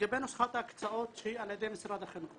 לגבי נוסחת ההקצאות שהיא על ידי משרד החינוך.